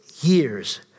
years